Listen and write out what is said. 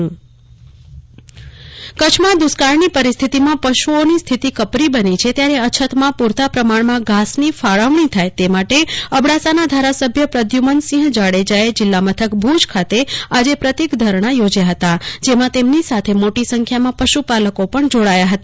કલ્પના શાહ અબડાસાના ધારાસભ્યના પ્રતિક ધરણા કચ્છમાં દુષ્કાળની પરિસ્થિતિમાં પશુઓની સ્થિતિ કપરી બની છે ત્યારે અછતમાં પુરતા પ્રમાણમાં ઘાસની ફાળવણી થાય તે માટે અબડાસાના ધારાસભ્ય પ્રદ્ધમનસિંહ જાડેજાએ જિલ્લા મથક ભુજ ખાતે પ્રતિક ધરણા યોજયા હતા જેમાં તેમની સાથે મોટી સંખ્યામાં પશુપાલકો પણ જોડાયા હતા